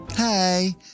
Hey